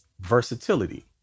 Versatility